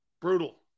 Brutal